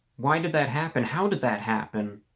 why did that happen how did that happen?